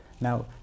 Now